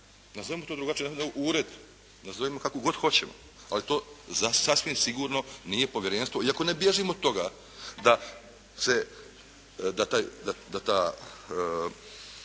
Nazovimo to drugačije, nazovimo to ured, nazovimo kako god hoćemo, ali to sasvim sigurno nije povjerenstvo iako ne bježim od toga da to